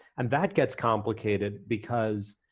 and that gets complicated because